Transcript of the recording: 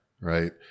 right